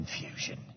confusion